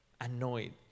annoyed